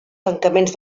tancaments